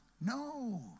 No